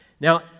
Now